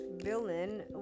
villain